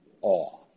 awe